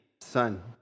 son